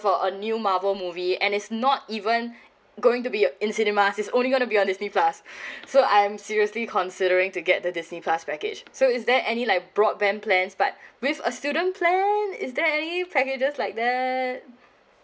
for a new marvel movie and it's not even going to be uh in cinemas it's only gonna be on disney plus so I'm seriously considering to get the disney plus package so is there any like broadband plans but with a student plan is there any packages like that